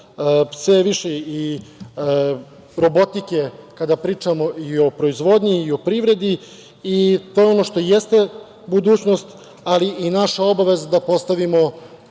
je više i robotike, kada pričamo o proizvodnji i o privredi. To je ono što jeste budućnost, ali i naša obaveza da postavimo